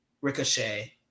Ricochet